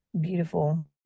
beautiful